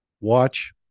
Watch